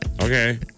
Okay